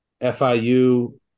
FIU